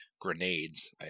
grenades